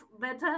better